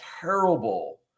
terrible